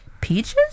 Peaches